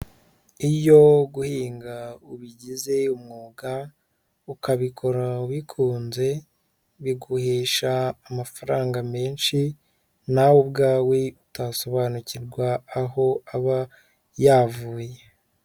Iyo guhinga ubigize umwuga, ukabikora ubikunze, biguhesha amafaranga menshi, nawe ubwawe utasobanukirwa aho aba yavuye.